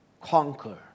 conquer